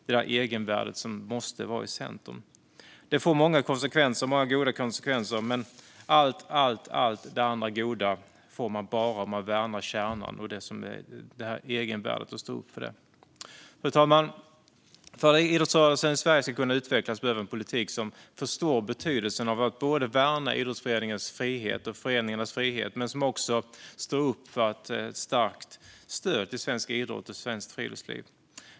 Det egenvärdet måste vara i centrum. Det får många goda konsekvenser. Men allt det andra goda får man bara om man värnar om kärnan och står upp för egenvärdet. Fru talman! För att idrottsrörelsen i Sverige ska kunna utvecklas behöver vi en politik som förstår betydelsen av att värna idrottsföreningarnas och föreningarnas frihet men som också står upp för ett starkt stöd till svensk idrott och svenskt friluftsliv.